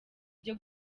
byo